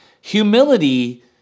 humility